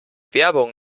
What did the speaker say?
werbung